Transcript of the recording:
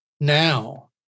now